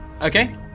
Okay